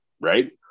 Right